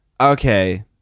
Okay